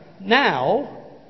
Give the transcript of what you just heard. now